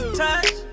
touch